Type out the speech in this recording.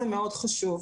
זה מאוד חשוב,